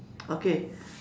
okay